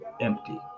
empty